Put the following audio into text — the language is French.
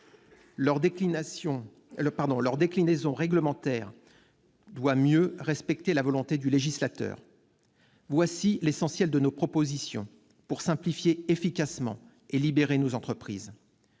Leur déclinaison réglementaire doit mieux respecter la volonté du législateur. Voici l'essentiel de nos propositions pour simplifier efficacement et libérer nos entreprises.